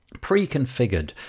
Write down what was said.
Pre-configured